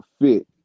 fit